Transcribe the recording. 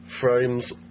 frames